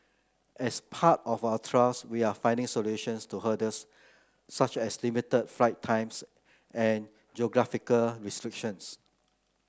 as part of our trials we are finding solutions to hurdles such as limited flight times and geographical restrictions